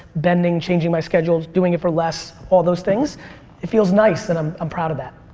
bending changing my schedules, doing it for less, all those things it feels nice and i'm um proud of that.